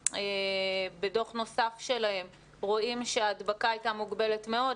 בדוח נוסף שלהם רואים שההדבקה הייתה מוגבלת מאוד.